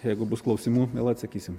jeigu bus klausimų vėl atsakysim